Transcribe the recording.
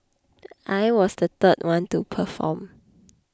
I was the third one to perform